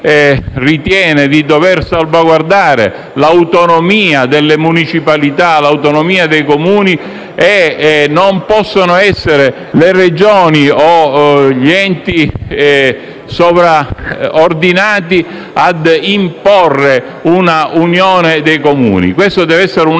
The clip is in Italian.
ritiene di dover salvaguardare l'autonomia delle municipalità e dei Comuni: non possono essere le Regioni o gli enti sovraordinati ad imporre un'unione di Comuni, che deve invece